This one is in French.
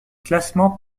classement